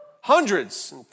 Hundreds